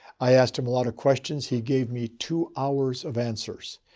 i asked him a lot of questions. he gave me two hours of answers.